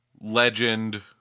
Legend